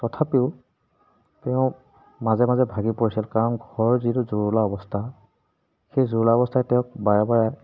তথাপিও তেওঁ মাজে মাজে ভাগি পৰিছিল কাৰণ ঘৰৰ যিটো জুৰুলা অৱস্থা সেই জুৰুলা অৱস্থাই তেওঁক বাৰে বাৰে